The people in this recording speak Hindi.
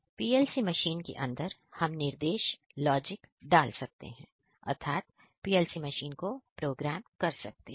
PLC मशीन के अंदर हम निर्देश लॉजिक आदि डाल सकते हैं अर्थात PLC मशीन को प्रोग्राम कर सकते हैं